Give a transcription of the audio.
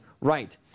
right